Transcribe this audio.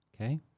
Okay